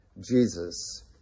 Jesus